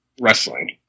wrestling